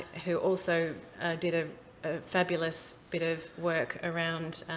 who also did a fabulous bit of work around